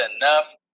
enough